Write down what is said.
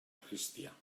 cristià